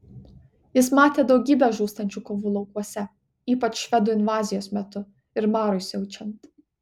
jis matė daugybę žūstančių kovų laukuose ypač švedų invazijos metu ir marui siaučiant